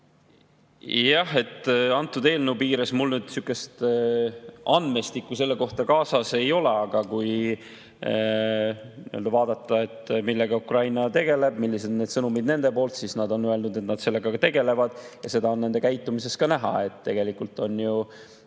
Jah, antud eelnõu piires mul sihukest andmestikku selle kohta kaasas ei ole, aga kui vaadata, millega Ukraina tegeleb, millised on need sõnumid nende poolt, siis nad on öelnud, et nad sellega tegelevad, ja seda on nende käitumises ka näha. [Neil] on ju